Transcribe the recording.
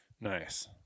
Nice